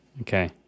Okay